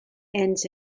ends